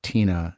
Tina